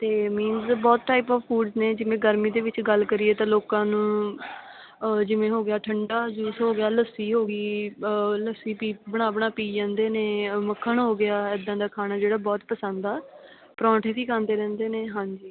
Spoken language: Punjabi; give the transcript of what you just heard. ਅਤੇ ਮੀਨਸ ਬਹੁਤ ਟਾਈਪ ਓਫ ਫੂਡਸ ਨੇ ਜਿਵੇਂ ਗਰਮੀ ਦੇ ਵਿੱਚ ਗੱਲ ਕਰੀਏ ਤਾਂ ਲੋਕਾਂ ਨੂੰ ਜਿਵੇਂ ਹੋ ਗਿਆ ਠੰਡਾ ਜੂਸ ਹੋ ਗਿਆ ਲੱਸੀ ਹੋ ਗਈ ਲੱਸੀ ਪੀ ਬਣਾ ਬਣਾ ਪੀ ਜਾਂਦੇ ਨੇ ਮੱਖਣ ਹੋ ਗਿਆ ਇੱਦਾਂ ਦਾ ਖਾਣਾ ਜਿਹੜਾ ਬਹੁਤ ਪਸੰਦ ਆ ਪਰੋਂਠੇ ਵੀ ਖਾਂਦੇ ਰਹਿੰਦੇ ਨੇ ਹਾਂਜੀ